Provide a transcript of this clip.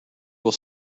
will